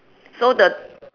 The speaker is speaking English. so the